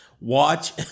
watch